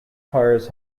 tires